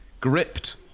gripped